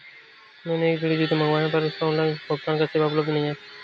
मैंने एक जोड़ी जूते मँगवाये हैं पर उस पर ऑनलाइन भुगतान की सेवा उपलब्ध नहीं है